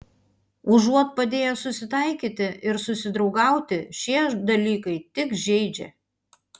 užuot padėję susitaikyti ir susidraugauti šie dalykai tik žeidžia